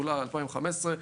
תחולה 2015,